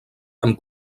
amb